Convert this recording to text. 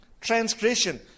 transgression